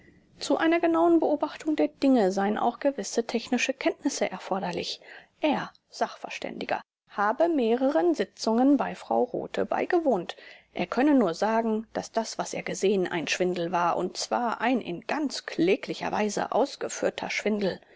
zu einer genauen beobachtung der dinge seien auch gewisse technische kenntnisse erforderlich er sachv habe mehreren sitzungen bei frau rothe beigewohnt er könne nur sagen daß das was er gesehen ein schwindel war und zwar ein in ganz kläglicher weise ausgeführter schwindel